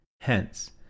Hence